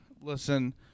Listen